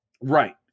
Right